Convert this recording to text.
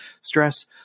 stress